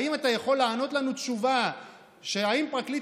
האם אתה יכול לענות לנו תשובה אם פרקליט